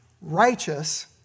righteous